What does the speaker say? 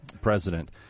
president